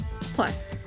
Plus